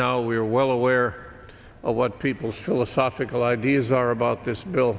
now we are well aware of what people's philosophical ideas are about this bill